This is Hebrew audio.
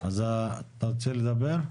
אז אתה רוצה לדבר?